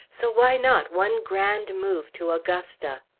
so why not one grand move to augusta?